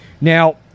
Now